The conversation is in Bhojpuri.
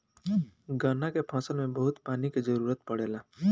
गन्ना के फसल में बहुत पानी के जरूरत पड़ेला